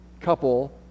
couple